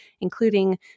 including